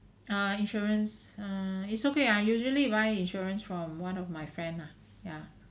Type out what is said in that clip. err insurance err it's okay I usually buy insurance from one of my friend ah ya